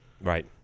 right